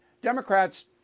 Democrats